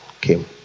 came